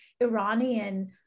Iranian